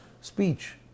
speech